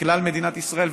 בכלל מדינת ישראל,